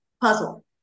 puzzle